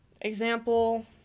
Example